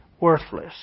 worthless